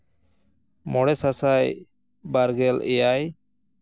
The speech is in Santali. ᱢᱚᱬᱮ ᱥᱟᱥᱟᱭ ᱵᱟᱨᱜᱮᱞ ᱮᱭᱟᱭ